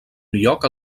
lloc